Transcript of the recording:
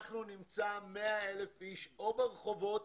אנחנו נמצא 100,000 איש או ברחובות